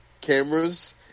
cameras